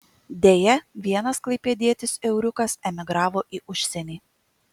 deja vienas klaipėdietis euriukas emigravo į užsienį